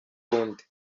kundi